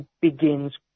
begins